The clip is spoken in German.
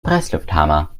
presslufthammer